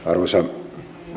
arvoisa